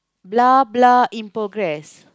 blah blah in progress